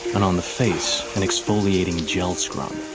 and on the face and exfoliating gel scrub